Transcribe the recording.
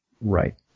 Right